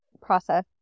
process